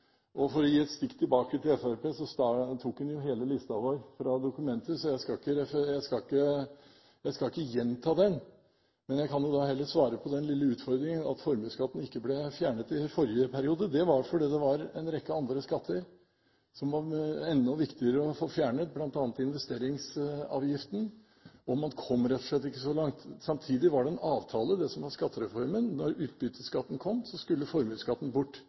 framtiden. For å gi et stikk tilbake til Fremskrittspartiet: Representanten Tybring-Gjedde tok jo hele listen vår fra dokumentet, så jeg skal ikke gjenta den. Jeg kan heller svare på den lille utfordringen at formuesskatten ikke ble fjernet i forrige periode. Det var fordi det var en rekke andre skatter som det var enda viktigere å få fjernet, bl.a. investeringsavgiften. Og man kom rett og slett ikke så langt. Samtidig var det en avtale – skattereformen. Når utbytteskatten kom, skulle formuesskatten bort.